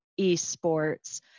esports